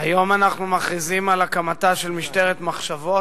היום אנחנו מכריזים על הקמתה של משטרת מחשבות,